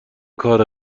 کار